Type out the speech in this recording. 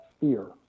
fear